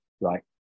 right